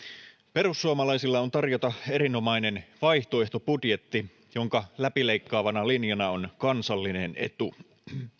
perussuomalaisilla on tarjota erinomainen vaihtoehtobudjetti jonka läpileikkaavana linjana on kansallinen etu